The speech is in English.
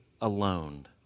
alone